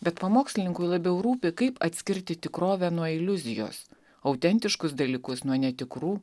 bet pamokslininkui labiau rūpi kaip atskirti tikrovę nuo iliuzijos autentiškus dalykus nuo netikrų